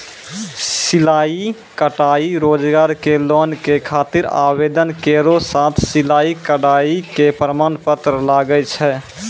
सिलाई कढ़ाई रोजगार के लोन के खातिर आवेदन केरो साथ सिलाई कढ़ाई के प्रमाण पत्र लागै छै?